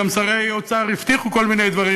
גם שרי אוצר הבטיחו כל מיני דברים,